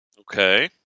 Okay